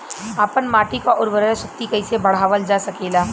आपन माटी क उर्वरा शक्ति कइसे बढ़ावल जा सकेला?